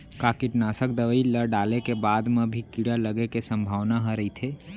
का कीटनाशक दवई ल डाले के बाद म भी कीड़ा लगे के संभावना ह रइथे?